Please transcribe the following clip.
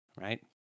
right